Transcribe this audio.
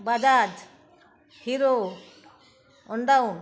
Bajaj Hero Honda